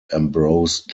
ambrose